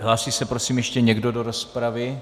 Hlásí se prosím ještě někdo do rozpravy?